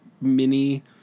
mini